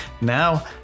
Now